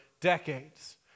decades